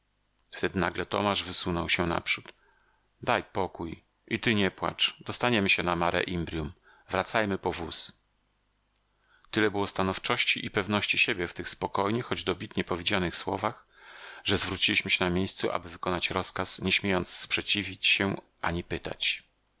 nagle tomasz wysunął się naprzód daj pokój i ty nie płacz dostaniemy się na mare imbrium wracajmy po wóz tyle było stanowczości i pewności siebie w tych spokojnie choć dobitnie powiedzianych słowach że zwróciliśmy się na miejscu aby wykonać rozkaz nie śmiejąc sprzeciwić się ani pytać